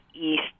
east